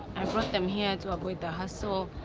i brought them here to avoid the hassle